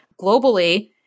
globally